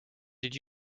did